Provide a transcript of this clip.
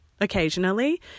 occasionally